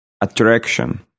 Attraction